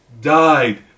died